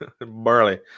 Barley